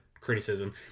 criticism